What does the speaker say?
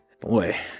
boy